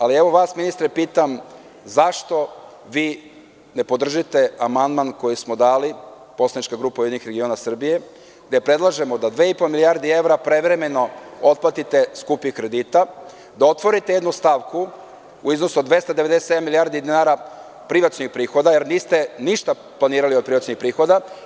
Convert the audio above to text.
Ali, vas ministre pitam – zašto vi ne podržite amandman koji smo dali, poslanička grupa URS, gde predlažemo da dve i po milijardi evra prevremeno otplatite skupih kredita, da otvorite jednu stavku u iznosu od 297 milijardi dinara privacionih prihoda, jer niste ništa planirali od privacionih prihoda.